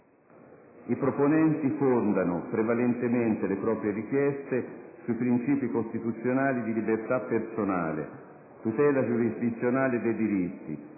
I proponenti fondano prevalentemente le proprie richieste sui princìpi costituzionali di «libertà personale, tutela giurisdizionale dei diritti,